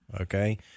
Okay